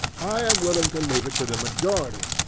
i am willing to leave it to the majority.